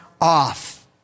off